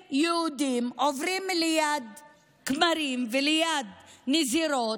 צעירים יהודים עוברים ליד כמרים וליד נזירות,